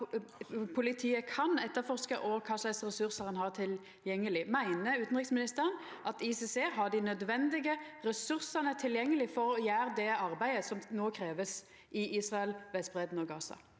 politiet kan etterforska, og kva slags ressursar ein har tilgjengeleg. Meiner utanriksministeren at ICC har dei nødvendige ressursane tilgjengelege for å gjera det arbeidet som no krevst i Israel, på Vestbreidda og i Gaza?